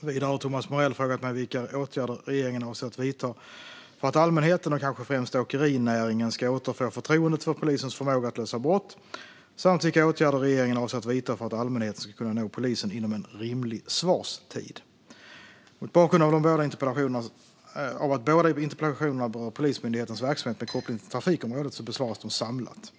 Vidare har Thomas Morell frågat mig vilka åtgärder regeringen avser att vidta för att allmänheten, och kanske främst åkerinäringen, ska återfå förtroendet för polisens förmåga att lösa brott samt vilka åtgärder regeringen avser att vidta för att allmänheten ska kunna nå polisen inom en rimlig svarstid. Mot bakgrund av att båda interpellationerna berör Polismyndighetens verksamhet med koppling till trafikområdet besvaras de samlat.